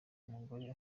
umugore